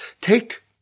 Take